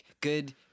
good